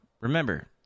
Remember